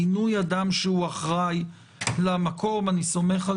מינוי אדם שהוא אחראי למקום אני סומך על